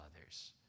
others